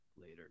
later